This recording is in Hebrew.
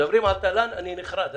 וכשמדברים על תל"ן אני נחרד.